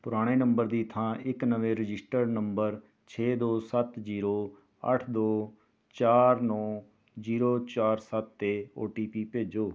ਪੁਰਾਣੇ ਨੰਬਰ ਦੀ ਥਾਂ ਇੱਕ ਨਵੇਂ ਰਜਿਸਟਰਡ ਨੰਬਰ ਛੇ ਦੋ ਸੱਤ ਜ਼ੀਰੋ ਅੱਠ ਦੋ ਚਾਰ ਨੌ ਜ਼ੀਰੋ ਚਾਰ ਸੱਤ 'ਤੇ ਓ ਟੀ ਪੀ ਭੇਜੋ